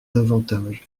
davantage